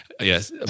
yes